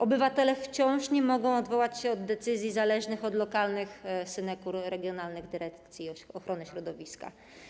Obywatele wciąż nie mogą odwołać się od decyzji zależnych od lokalnych synekur - regionalnych dyrekcji ochrony środowiska.